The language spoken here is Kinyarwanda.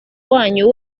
wanyu